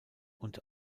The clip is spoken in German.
und